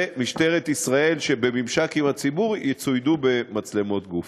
משטרת ישראל שבממשק עם הציבור יצוידו במצלמות גוף.